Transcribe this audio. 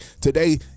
Today